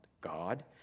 God